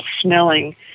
smelling